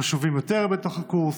חשובים יותר בתוך הקורס,